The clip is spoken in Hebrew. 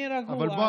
אני רגוע,